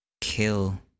kill